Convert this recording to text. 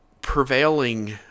prevailing